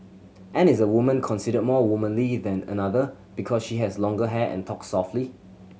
and is a woman considered more womanly than another because she has longer hair and talks softly